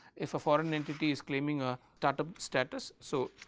if a foreign entity is claiming a start-up status. so,